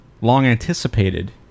long-anticipated